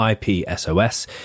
IPSOS